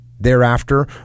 Thereafter